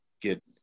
get